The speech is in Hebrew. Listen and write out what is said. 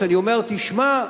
כשאני אומר: תשמע,